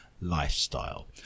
lifestyle